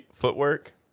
footwork